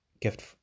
gift